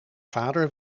vader